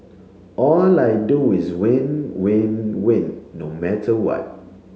all I do is win win win no matter what